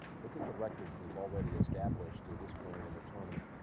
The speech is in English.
look at the records. these already established at this point in the tournament.